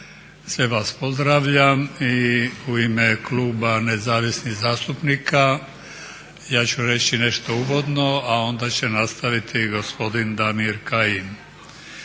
Sve vas pozdravljam i u ime kluba nezavisnih zastupnika ja ću reći nešto uvodno, a onda će nastaviti gospodin Damir Kajin.